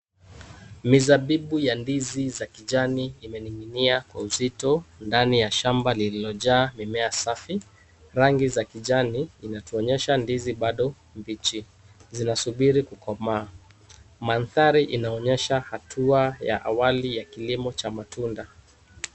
Mizabibu ya ndizi za kijani imening'inia kwa uzito ndani ya shamba lililojaa mimea safi. Rangi za kijani inatuonyesha ndizi bado mbichi zinasubiri kukomaa. Mandhari inaonyesha hatua ya awali ya kilimo cha matunda.